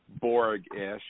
Borg-ish